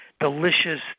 delicious